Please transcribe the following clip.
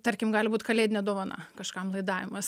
tarkim gali būt kalėdinė dovana kažkam laidavimas